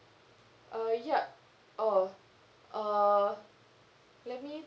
uh yup oh uh let me